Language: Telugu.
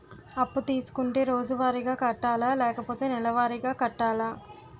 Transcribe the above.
అప్పు తీసుకుంటే రోజువారిగా కట్టాలా? లేకపోతే నెలవారీగా కట్టాలా?